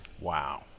Wow